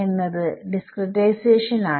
എന്നത് ഡിസ്ക്രിടൈസേഷൻ ആണ്